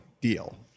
deal